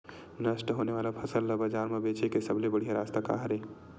नष्ट होने वाला फसल ला बाजार मा बेचे के सबले बढ़िया रास्ता का हरे?